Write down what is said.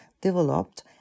developed